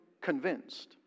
convinced